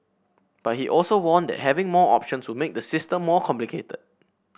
but he also warned that having more options would make the system more complicated